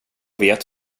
vet